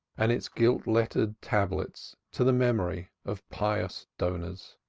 and its gilt-lettered tablets to the memory of pious donors.